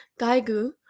gaigu